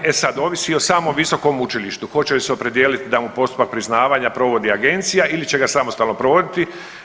E sad ovisi o samom visokom učilištu hoće se li opredijeliti da mu postupak priznavanja provodi agencija ili će ga samostalno provoditi.